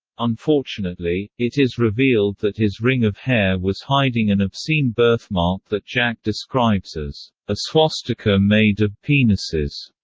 unfortunately, it is revealed that his ring of hair was hiding an obscene birthmark that jack describes as a swastika made of penises,